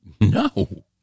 No